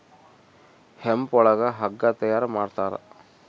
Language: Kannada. ಹೆಂಪ್ ಒಳಗ ಹಗ್ಗ ತಯಾರ ಮಾಡ್ತಾರ